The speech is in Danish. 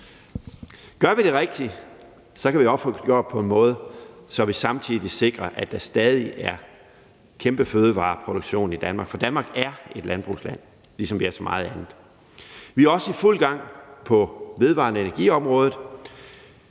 Gør vi det rigtigt, kan vi også få det gjort på en måde, så vi samtidig sikrer, at der stadig er kæmpe fødevareproduktion i Danmark, for Danmark er et landbrugsland, ligesom vi er så meget andet. Vi er også i fuld gang på vedvarende energi-området.